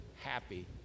happy